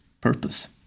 purpose